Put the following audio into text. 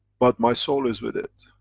but my soul is with it,